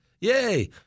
Yay